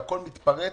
והכול מתפרץ,